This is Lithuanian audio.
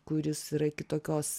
kuris yra kitokios